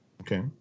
Okay